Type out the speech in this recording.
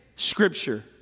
Scripture